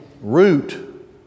root